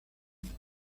dream